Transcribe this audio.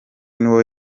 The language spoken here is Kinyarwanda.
nuwo